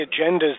agendas